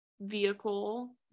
vehicle